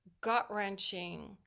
gut-wrenching